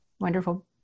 wonderful